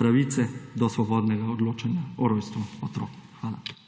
pravice do svobodnega odločanja o rojstvu otrok. Hvala